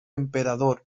emperador